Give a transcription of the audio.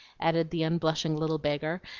added the unblushing little beggar,